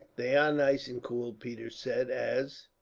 they are nice and cool, peters said as,